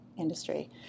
industry